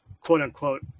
quote-unquote